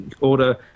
order